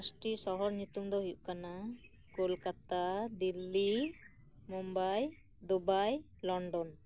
ᱯᱟᱸᱪᱴᱤ ᱥᱚᱦᱚᱨ ᱧᱩᱛᱩᱢ ᱫᱚ ᱦᱩᱭᱩᱜ ᱠᱟᱱᱟ ᱠᱳᱞᱠᱟᱛᱟ ᱫᱤᱞᱞᱤ ᱢᱩᱢᱵᱟᱭ ᱫᱩᱵᱟᱭ ᱞᱚᱱᱰᱚᱱ